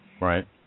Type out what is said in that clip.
Right